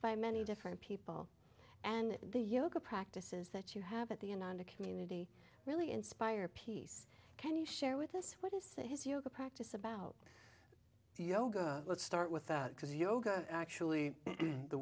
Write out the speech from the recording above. by many different people and the yoga practices that you have at the end and a community really inspired peace can you share with us what is his yoga practice about yoga let's start with that because yoga actually the